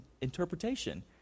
interpretation